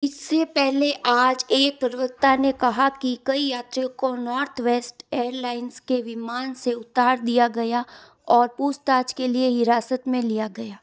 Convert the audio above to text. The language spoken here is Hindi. इससे पहले आज एक प्रवक्ता ने कहा कि कई यात्रियों को नॉर्थवेस्ट एयरलाइंस के विमान से उतार दिया गया और पूछताछ के लिए हिरासत में लिया गया